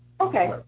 Okay